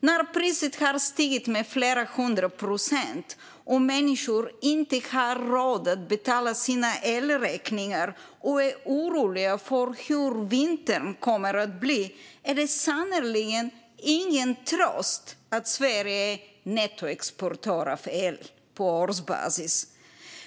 När priset har stigit med flera hundra procent och människor inte har råd att betala sina elräkningar och är oroliga för hur vintern kommer att bli är det sannerligen ingen tröst att Sverige är nettoexportör av el på årsbasis.